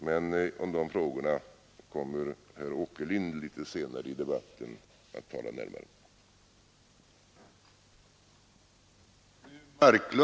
De frågor som där tas upp kommer herr Åkerlind litet senare i debatten att närmare beröra.